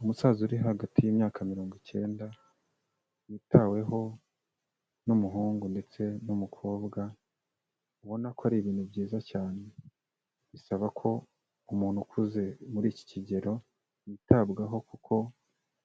Umusaza uri hagati y'imyaka mirongo icyenda witaweho n'umuhungu ndetse n'umukobwa, ubona ko ari ibintu byiza cyane, bisaba ko umuntu ukuze muri iki kigero yitabwaho kuko